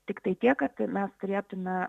tiktai tiek kad mes turėtume